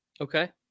Okay